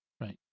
right